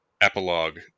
epilogue